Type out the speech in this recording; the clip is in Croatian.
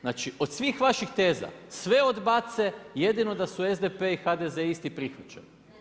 Znači od svih vaših teza sve odbace, jedino da su SDP i HDZ isti prihvaća.